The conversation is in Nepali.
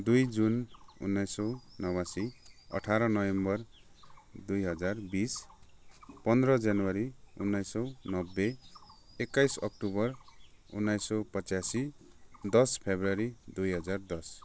दुई जुन उन्नाइस सौ नवासी अठार नोभेम्बर दुई हजार बिस पन्द्र जनवरी उन्नाइस सौ नब्बे एक्काइस अक्टोबर उन्नाइस सौ पच्यासी दस फेब्रुवरी दुई हजार दस